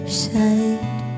side